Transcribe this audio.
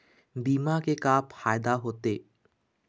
बीमा के का फायदा होते?